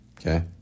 Okay